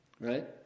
Right